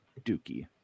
Dookie